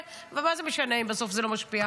ומה זה משנה אם בסוף זה לא משפיע?